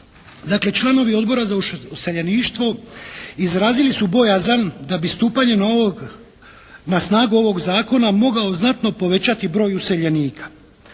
Dakle "Članovi Odbora za useljeništvo izrazili su bojazan da bi stupanjem ovog, na snagu ovog zakona mogao znatno povećati broj useljenika.